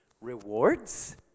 Rewards